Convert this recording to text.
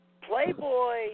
Playboy